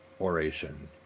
oration